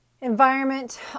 Environment